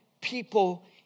people